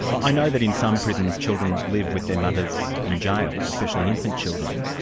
i know that in some prisons children live with their mothers in jail, especially infant children,